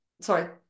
sorry